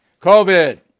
COVID